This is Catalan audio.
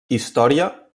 història